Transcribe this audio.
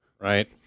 Right